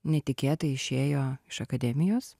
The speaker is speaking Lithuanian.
netikėtai išėjo iš akademijos